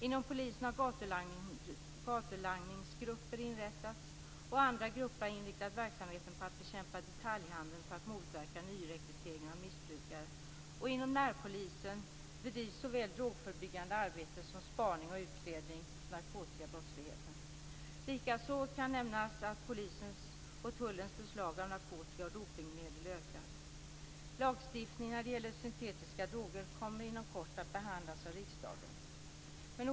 Inom polisen har gatulangningsgrupper inrättats, och andra grupper har inriktat verksamheten på att bekämpa detaljhandeln för att motverka nyrekryteringen av missbrukare. Inom närpolisen bedrivs såväl drogförebyggande arbete som spaning mot och utredning av narkotikabrottsligheten. Likaså kan nämnas att polisens och tullens beslag av narkotika och dopningsmedel ökat. Lagstiftning när det gäller syntetiska droger kommer inom kort att behandlas av riksdagen.